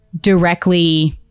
directly